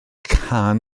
can